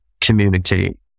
communicate